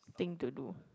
thing to do